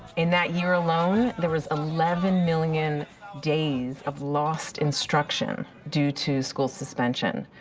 in that year alone, there was eleven million days of lost instruction due to school suspension.